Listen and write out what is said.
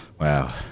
Wow